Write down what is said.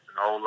no